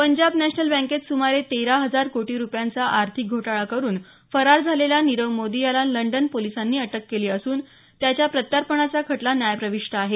Punjab national बँकेत सुमारे तेरा हजार कोटी रुपयांचा आर्थिक घोटाळा करून फरार झालेल्या नीरव मोदी याला लंडन पोलिसांनी अटक केली असून त्याच्या प्रत्यार्पणाचा खटला न्यायप्रविष्ट आहे